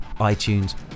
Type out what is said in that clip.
iTunes